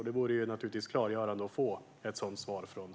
Det vore klargörande med ett svar från statsrådet.